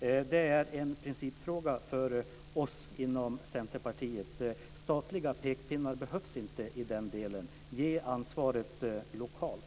Det är en principfråga för oss inom Centerpartiet. Statliga pekpinnar behövs inte i den delen. Låt ansvaret tas lokalt.